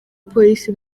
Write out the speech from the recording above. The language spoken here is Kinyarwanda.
polisi